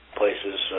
places